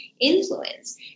influence